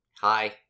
Hi